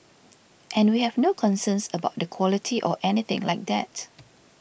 and we have no concerns about the quality or anything like that